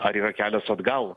ar yra kelias atgal